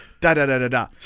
Da-da-da-da-da